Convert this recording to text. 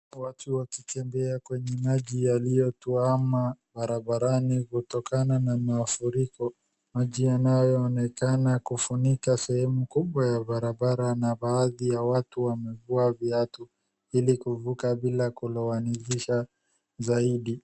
Watu wakitembea kwenye maji yaliyotuama barabarani kutokana na mafuriko. Maji yanayoonekana kufunika sehemu kubwa ya barabara na baadhi ya watu wamevua viatu ili kuvuka bila kulowa zaidi.